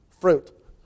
fruit